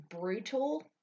brutal